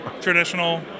traditional